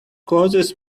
causes